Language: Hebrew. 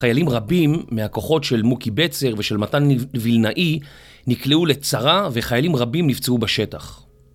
חיילים רבים מהכוחות של מוקי בצר ושל מתן וילנאי נקלעו לצרה וחיילים רבים נפצעו בשטח